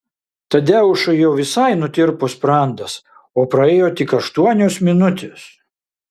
tadeušui jau visai nutirpo sprandas o praėjo tik aštuonios minutės